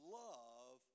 love